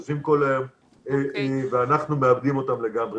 יושבים כל היום ואנחנו מאבדים אותם לגמרי.